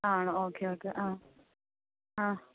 ആണോ okay okay ആ ആ